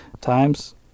times